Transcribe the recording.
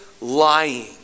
lying